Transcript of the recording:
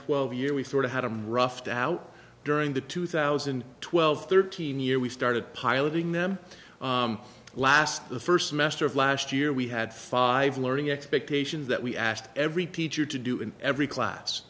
twelve year we sort of had a roughed out during the two thousand and twelve thirteen year we started piloting them last the first semester of last year we had five learning expectations that we asked every teacher to do in every class